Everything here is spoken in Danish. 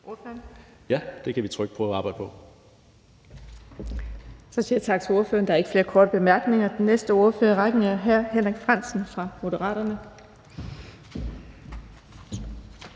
Den fg. formand (Birgitte Vind): Så siger jeg tak til ordføreren. Der er ikke flere korte bemærkninger. Den næste ordfører i rækken er hr. Henrik Frandsen fra Moderaterne.